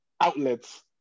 outlets